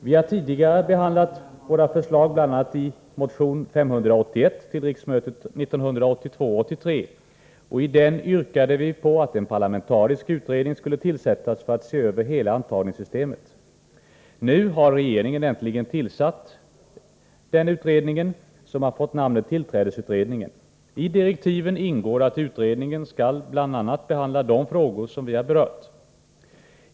Vi har tidigare behandlat våra förslag bl.a. i motion nr 581 till riksmötet 1982/83. I den yrkade vi på att en parlamentarisk utredning skulle tillsättas för att se över hela antagningssystemet. Nu har regeringen äntligen tillsatt den utredningen, som har fått namnet tillträdesutredningen. I direktiven ingår att utredningen skall behandla bl.a. de frågor som vi har berört.